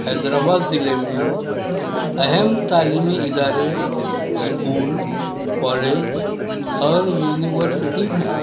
حیدرآباد ضلعے میں اہم تعلیمی ادارے اسکول کالج اور یونیورسٹیز ہیں